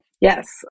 Yes